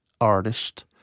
artist